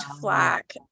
flack